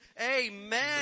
amen